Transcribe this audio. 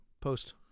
Post